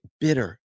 bitter